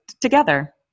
together